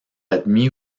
admis